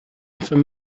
from